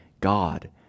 God